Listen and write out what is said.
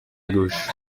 gauche